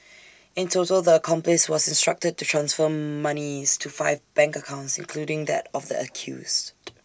in total the accomplice was instructed to transfer monies to five bank accounts including that of the accused